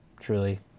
Truly